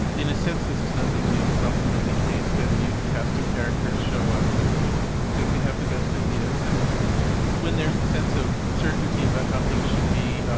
in a sense, this is nothing new it's often been the case that a new cast of characters show up who think they have the best ideas, and when there's a sense of certainty about how things should be,